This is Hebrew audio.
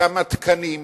כמה תקנים?